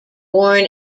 born